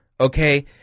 okay